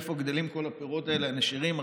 איפה גדלים כל הפירות האלה, הנשירים?